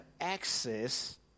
access